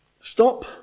stop